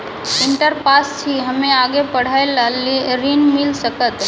Inter pass छी हम्मे आगे पढ़े ला ऋण मिल सकत?